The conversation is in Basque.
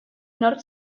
nork